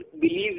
believe